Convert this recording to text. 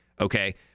Okay